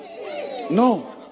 no